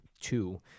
two